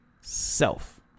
self